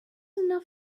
enough